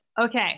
Okay